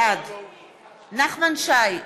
בעד נחמן שי,